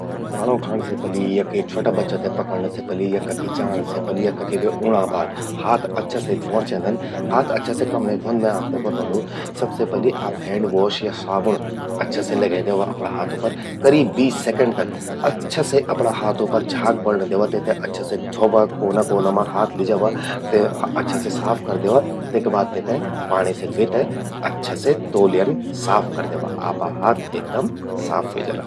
खाणों खााण से पलि या के छ्वोटा बच्चा ते पकण्णं से पलि, या कखि जाण से पलि या कखि बे ऊंणा बाद हाथ अच्छा से ध्वोंण चेंदन। हाथ अच्छा से कमण्ये ध्वोंद मैं आपते बतौंदूं। सबसे पलि आप हैंड वॉश या साबुण अच्छा से लगै द्यवा अपणा हाथों पर। करीब बीस सेकंड तक अच्छा से अपणा हाथों पर झाग बण्णं द्यवा, तेते अच्छा से ध्ववा, कोना कोना मां हाथ लिजावा, अच्छा से साफ करि द्यवा। तेका बाद तेते पाणि से ध्वे ते अच्छा से साफ करि द्यवा। आपा हाथ एकदम साफ व्हे जाला।